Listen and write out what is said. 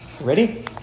Ready